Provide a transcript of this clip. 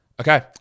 Okay